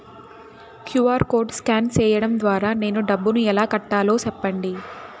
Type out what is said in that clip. QR code scan సేయడం ద్వారా నేను డబ్బును ఎలా కట్టాలో సెప్పండి?